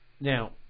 Now